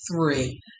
three